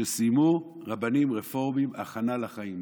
שסיימו רבנים רפורמים הכנה לחיים,